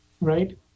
right